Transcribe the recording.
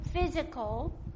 physical